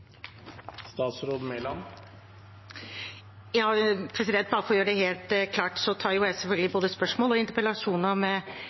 Bare for å gjøre det helt klart, tar jo jeg selvfølgelig